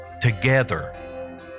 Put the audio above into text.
together